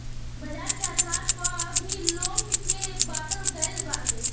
बाजार के आधार पअ भी लोन के बाटल गईल बाटे